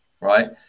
right